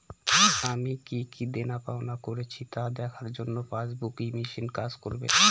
আমি কি কি দেনাপাওনা করেছি তা দেখার জন্য পাসবুক ই মেশিন কাজ করবে?